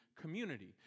community